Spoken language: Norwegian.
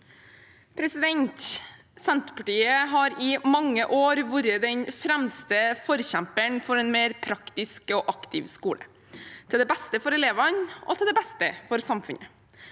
Senterpartiet har i mange år vært den fremste forkjemperen for en mer praktisk og aktiv skole, til beste for elevene og til beste for samfunnet.